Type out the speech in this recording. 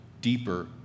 deeper